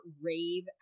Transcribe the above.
rave